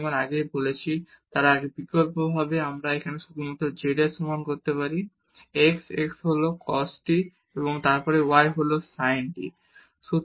যেমন আমি বলেছি তারা বিকল্পভাবে আমরা এখানে শুধু z এর সমান করতে পারি x x হল cos t এবং তারপর y হল sin t